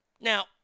Now